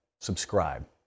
Subscribe